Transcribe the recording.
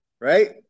right